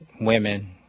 women